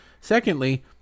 Secondly